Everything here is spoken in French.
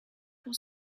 pour